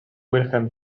wilhelm